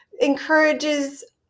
encourages